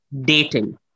dating